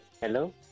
Hello